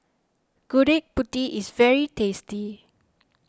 Gudeg Putih is very tasty